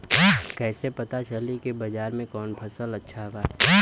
कैसे पता चली की बाजार में कवन फसल अच्छा बा?